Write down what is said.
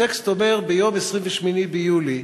הטקסט אומר: ביום 28 ביולי,